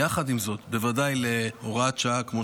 יחד עם זאת, בוודאי בהוראת שעה כמו